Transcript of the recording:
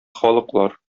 халыклар